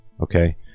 okay